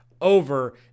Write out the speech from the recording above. over